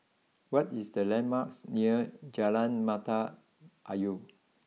what is the landmarks near Jalan Mata Ayer